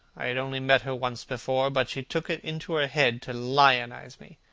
i had only met her once before, but she took it into her head to lionize me.